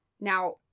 Now